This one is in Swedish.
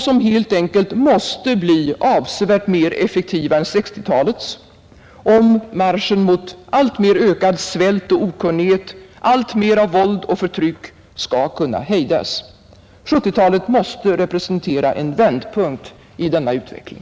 som helt enkelt måste bli avsevärt mer effektiva än 1960-talets, om marschen mot alltmer ökad svält och okunnighet, alltmer av våld och förtryck skall kunna hejdas. 1970-talet måste representera en vändpunkt i denna utveckling.